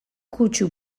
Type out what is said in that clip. kutsu